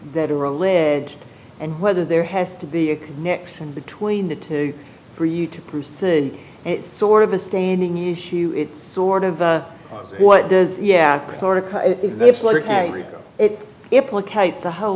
that are alleged and whether there has to be a connection between the two for you to proceed it's sort of a standing issue it's sort of what does yeah it if it's a whole